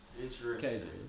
Interesting